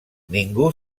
ningú